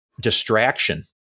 distraction